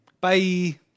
Bye